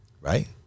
right